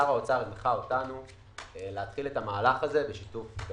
הנחה אותנו להתחיל במהלך הזה בשיתוף עם